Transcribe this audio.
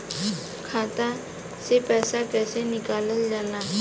खाता से पैसा कइसे निकालल जाला?